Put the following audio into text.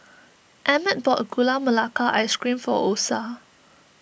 Emmett bought Gula Melaka Ice Cream for Osa